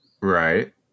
Right